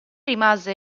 rimase